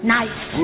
nice